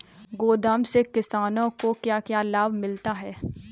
गोदाम से किसानों को क्या क्या लाभ मिलता है?